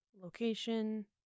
location